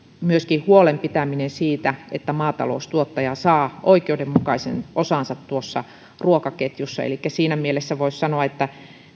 myöskin pitämään huolta siitä että maataloustuottaja saa oikeudenmukaisen osansa ruokaketjussa elikkä siinä mielessä voisi sanoa että